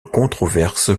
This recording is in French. controverse